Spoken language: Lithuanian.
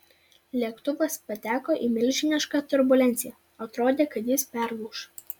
lėktuvas pateko į milžinišką turbulenciją atrodė kad jis perlūš